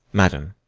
madam,